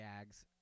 gags